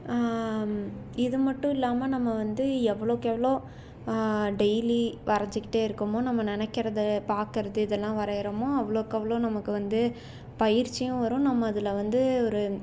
இதுமட்டும் இல்லாமல் நம்ம வந்து எவ்வளோக்கு எவ்வளோ டெய்லி வரைஞ்சிக்கிட்டே இருக்கமோ நம்ம நினைக்கிறது பார்க்குறது இதெல்லாம் வரைகிறமோ அவ்வளோக்கு அவ்வளோ நமக்கு வந்து பயிற்சியும் வரும் நம்ம அதில் வந்து ஒரு